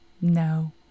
No